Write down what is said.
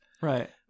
Right